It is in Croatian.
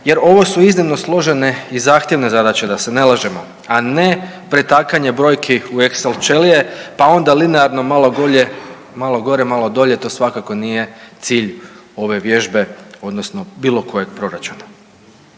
jer ovo su iznimno složene i zahtjevne zadaće da se ne lažemo, a ne pretakanje brojki u Exel čelije, pa onda linearno malo gore, malo dolje to svakako nije cilj ove vježbe odnosno bilo kojeg proračuna.